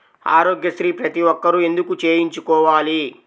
ఆరోగ్యశ్రీ ప్రతి ఒక్కరూ ఎందుకు చేయించుకోవాలి?